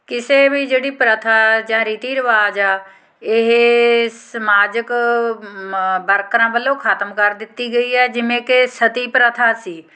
ਕਿਸੇ ਵੀ ਜਿਹੜੀ ਪ੍ਰਥਾ ਜਾਂ ਰੀਤੀ ਰਿਵਾਜ਼ ਆ ਇਹ ਸਮਾਜਿਕ ਵਰਕਰਾਂ ਵੱਲੋਂ ਖਤਮ ਕਰ ਦਿੱਤੀ ਗਈ ਹੈ ਜਿਵੇਂ ਕਿ ਸਤੀ ਪ੍ਰਥਾ ਸੀ